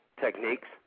techniques